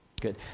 Good